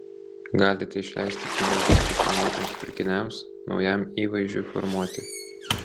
galite išleisti pinigų suplanuotiems pirkiniams naujam įvaizdžiui formuoti